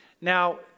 Now